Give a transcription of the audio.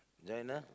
join ah